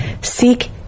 Seek